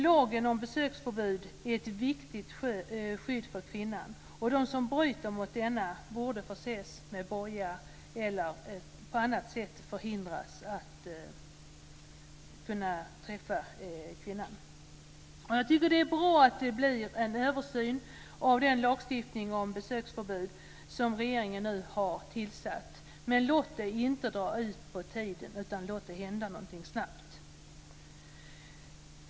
Lagen om besöksförbud är ett viktigt skydd för kvinnan. De som bryter mot denna borde förses med boja eller på annat sätt förhindras att träffa kvinnan. Jag tycker att det är bra att det blir en översyn av lagstiftningen om besöksförbud som regeringen nu tillsatt. Låt det inte dra ut på tiden. Låt det hända någonting snabbt.